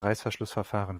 reißverschlussverfahren